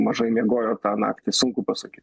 mažai miegojo tą naktį sunku pasakyt